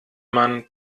man